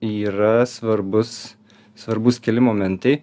yra svarbus svarbūs keli momentai